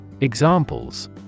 Examples